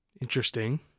Interesting